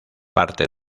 parte